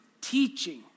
teaching